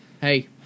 Hey